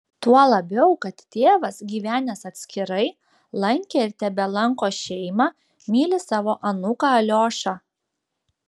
tuo labiau kad tėvas gyvenęs atskirai lankė ir tebelanko šeimą myli savo anūką aliošą